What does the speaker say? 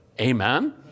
Amen